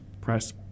press